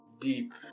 deep